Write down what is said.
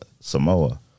Samoa